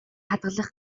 хадгалах